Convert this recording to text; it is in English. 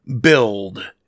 build